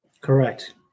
Correct